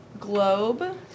Globe